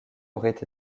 aurait